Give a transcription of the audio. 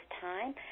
time